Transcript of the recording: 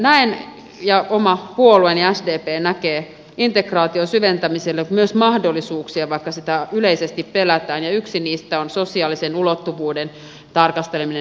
näen ja oma puolueeni sdp näkee integraation syventämisessä myös mahdollisuuksia vaikka sitä yleisesti pelätään ja yksi niistä on sosiaalisen ulottuvuuden tarkasteleminen